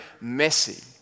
messy